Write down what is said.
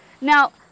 Now